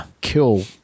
kill